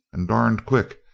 and darned quick,